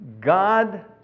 God